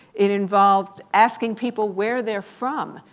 it involved asking people where they're from.